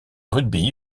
rugby